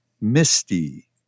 misty